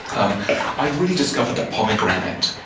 um i've really discovered the pomegranate.